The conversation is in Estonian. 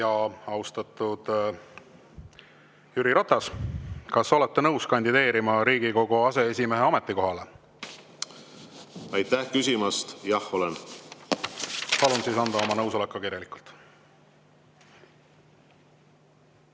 Austatud Jüri Ratas, kas olete nõus kandideerima Riigikogu aseesimehe ametikohale? Aitäh küsimast! Jah, olen. Palun anda oma nõusolek ka